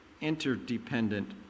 interdependent